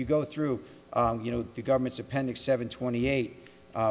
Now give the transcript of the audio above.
you go through you know the government's appendix seven twenty eight